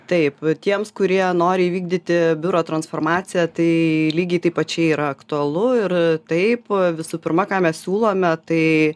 taip tiems kurie nori įvykdyti biuro transformaciją tai lygiai taip pačiai yra aktualu ir taip visų pirma ką mes siūlome tai